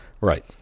right